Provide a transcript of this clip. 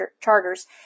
charters